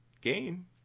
game